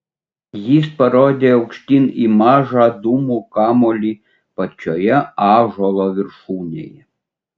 jis parodė aukštyn į mažą dūmų kamuolį pačioje ąžuolo viršūnėje